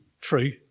true